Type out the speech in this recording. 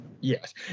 yes